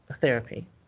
therapy